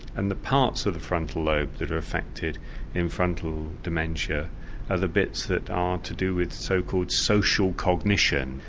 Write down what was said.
and the parts of the frontal lobe that are affected in frontal dementia are the bits that are to do with so-called social cognition.